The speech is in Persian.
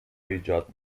ایجاد